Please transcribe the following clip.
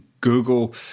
Google